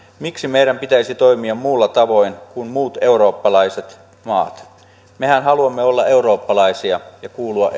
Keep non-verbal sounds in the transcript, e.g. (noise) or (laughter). miksi meidän pitäisi toimia muulla tavoin kuin muut eurooppalaiset maat mehän haluamme olla eurooppalaisia ja kuulua (unintelligible)